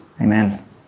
Amen